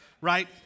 right